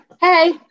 hey